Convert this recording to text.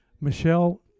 michelle